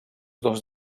dos